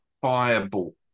fireball